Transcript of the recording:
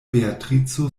beatrico